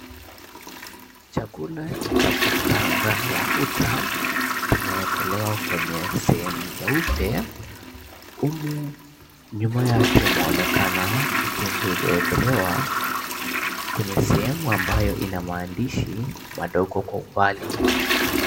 Chakula cha kukaanga na mafuta kimewekelewa kwenye sehemu nyeupe, humu nyuma yake mwaonekana mtungi uliyoekelewa wenye sehemu ambayo ina maandishi madogo kwa umbali.